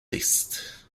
list